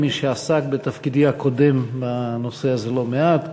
כמי שעסק בתפקידי הקודם בנושא הזה לא מעט,